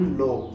low